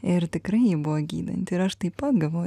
ir tikrai buvo gydanti ir aš taip pat gavau